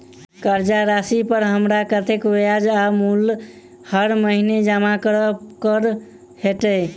कर्जा राशि पर हमरा कत्तेक ब्याज आ मूल हर महीने जमा करऽ कऽ हेतै?